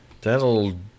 that'll